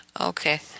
Okay